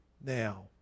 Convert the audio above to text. now